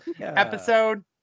episode